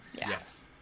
Yes